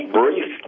brief